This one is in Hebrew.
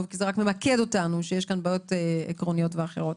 כי זה ממקד אותנו שיש בעיות עקרוניות ואחרות.